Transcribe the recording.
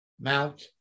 Mount